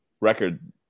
record